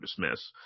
dismiss